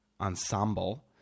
ensemble